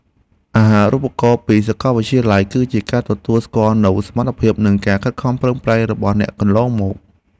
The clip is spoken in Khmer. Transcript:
អាហារូបករណ៍ពីសាកលវិទ្យាល័យ គឺជាការទទួលស្គាល់នូវសមត្ថភាពនិងការខិតខំប្រឹងប្រែងរបស់អ្នកកន្លងមក។